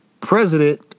president